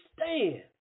understand